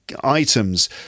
items